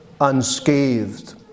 unscathed